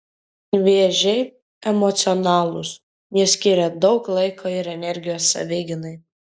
vėžiai emocionalūs jie skiria daug laiko ir energijos savigynai